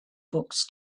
books